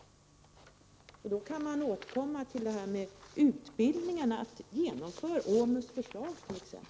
Då kan man återkomma till detta med utbildning. Genomför OMUS förslag t. ex!